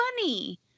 funny